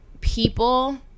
people